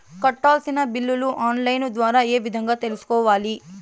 కట్టాల్సిన బిల్లులు online ద్వారా ఏ విధంగా తెలుసుకోవాలి?